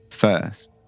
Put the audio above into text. First